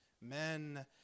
Men